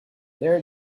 there